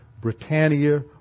Britannia